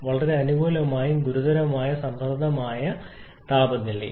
വളരെ അനുകൂലമായ ഗുരുതരമായ സമ്മർദ്ദവും താപനിലയും